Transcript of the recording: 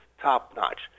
top-notch